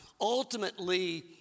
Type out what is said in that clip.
Ultimately